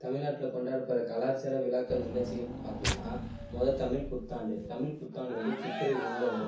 தமிழ்நாட்டில் கொண்டாடப்படுகிற கலாச்சார விழாக்கள் நிகழ்ச்சிகள்ன்னு பார்த்தீங்கன்னா முதல் தமிழ் புத்தாண்டு தமிழ் புத்தாண்டு வந்த சித்திரை ஒன்றில் வரும்